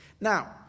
Now